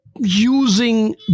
using